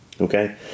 Okay